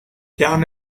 down